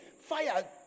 fire